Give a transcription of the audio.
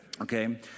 Okay